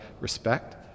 respect